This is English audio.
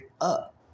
up